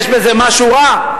יש בזה משהו רע?